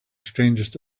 strangest